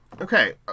Okay